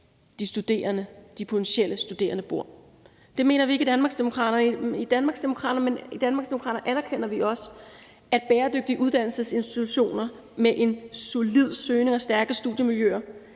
og de potentielle studerende bor? Det mener vi ikke i Danmarksdemokraterne, men i Danmarksdemokraterne anerkender vi også, at bæredygtige uddannelsesinstitutioner med en solid søgning og stærke studiemiljøer